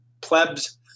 plebs